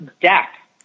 deck